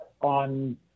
on